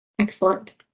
Excellent